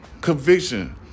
conviction